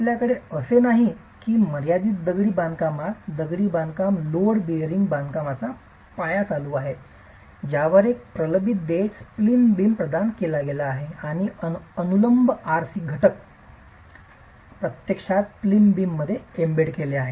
आपल्याकडे असे नाही की मर्यादित दगडी बांधकामात दगडी बांधकाम लोड बेअरिंग बांधकामचा पाया चालू आहे ज्यावर एक प्रबलित देश प्लिंथ बीम प्रदान केला गेला आहे आणि अनुलंब RC घटक प्रत्यक्षात प्लिंथ बीममध्ये एम्बेड केलेले आहेत